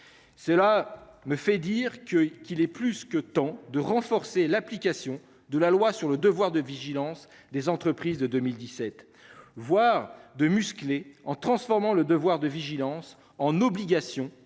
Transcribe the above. Cela me fait dire que qu'il est plus que temps de renforcer l'application de la loi sur le devoir de vigilance des entreprises de 2017 voire 2 musclé en transformant le devoir de vigilance en obligation